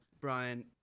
Brian